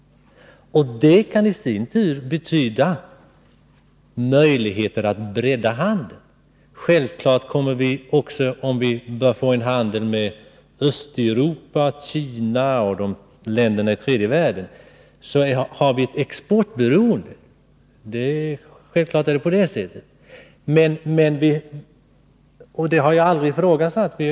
Och det kan i sin tur betyda möjligheter att bredda handeln. Självfallet kommer vi också — om vi börjar få en handel med Östeuropa, Kina och länder i tredje världen — att få ett exportberoende, och det har jag aldrig ifrågasatt.